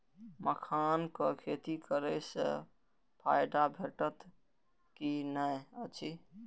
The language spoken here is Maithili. मखानक खेती करे स फायदा भेटत की नै अछि?